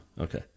Okay